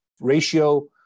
ratio